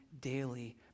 daily